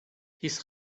his